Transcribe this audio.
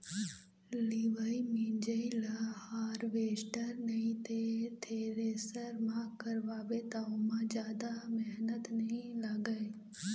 लिवई मिंजई ल हारवेस्टर नइ ते थेरेसर म करवाबे त ओमा जादा मेहनत नइ लागय